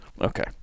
Okay